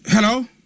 Hello